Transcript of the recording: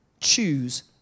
choose